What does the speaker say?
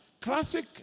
Classic